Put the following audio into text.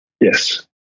Yes